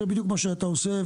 זה בדיוק מה שאתה עושה.